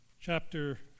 chapter